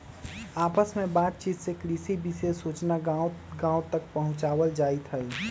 आपस में बात चित से कृषि विशेष सूचना गांव गांव तक पहुंचावल जाईथ हई